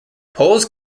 polls